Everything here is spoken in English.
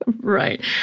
Right